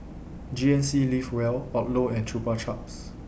G N C Live Well Odlo and Chupa Chups